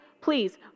Please